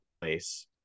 place